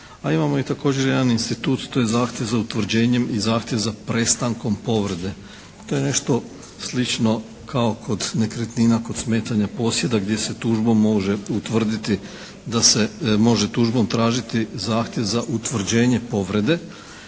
a imamo i također jedan institut. To je zahtjev za utvrđenjem i zahtjev za prestankom povrede. To je nešto slično kao kod nekretnina kod smetanja posjeda gdje se tužbom može utvrditi, da se može tužbom tražiti zahtjev za utvrđenje povrede